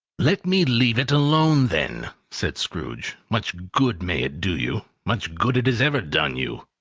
let me leave it alone, then, said scrooge. much good may it do you! much good it has ever done you!